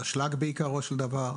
האשלג בעיקרו של דבר,